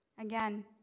Again